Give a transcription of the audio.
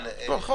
מי זה אתם?